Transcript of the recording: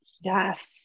yes